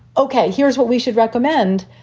ok, here's what we should recommend.